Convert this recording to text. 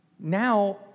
Now